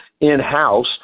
in-house